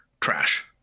trash